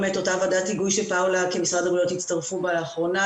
באמת אותה ועדת היגוי שפאולה כמשרד הבריאות הצטרפו בה לאחרונה,